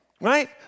right